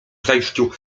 zajściu